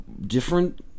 different